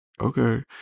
Okay